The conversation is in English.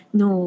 no